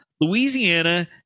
louisiana